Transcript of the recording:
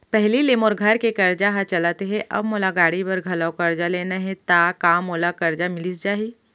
पहिली ले मोर घर के करजा ह चलत हे, अब मोला गाड़ी बर घलव करजा लेना हे ता का मोला करजा मिलिस जाही?